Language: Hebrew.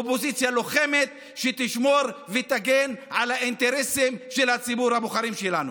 אופוזיציה לוחמת שתשמור ותגן על האינטרסים של ציבור הבוחרים שלנו.